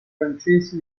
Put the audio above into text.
francesi